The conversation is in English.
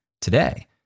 today